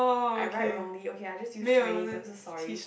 I write wrongly okay I just use Chinese I'm so sorry